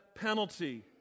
penalty